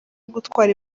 gutwara